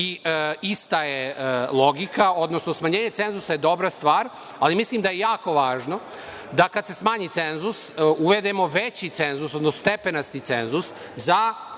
ista je logika. Odnosno, smanjenje cenzusa je dobra stvar, ali mislim da je jako važno da kada se smanji cenzus uvedemo veći cenzus, odnosno stepenasti cenzus za